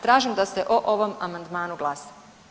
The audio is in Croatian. Tražim da se o ovom amandmanu glasa.